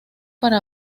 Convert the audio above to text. para